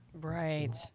right